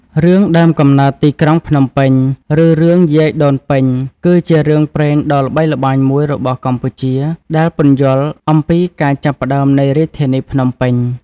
រឿង ដើមកំណើតទីក្រុងភ្នំពេញ ឬ រឿងយាយដូនពេញ គឺជារឿងព្រេងដ៏ល្បីល្បាញមួយរបស់កម្ពុជា ដែលពន្យល់អំពីការចាប់ផ្តើមនៃរាជធានីភ្នំពេញ។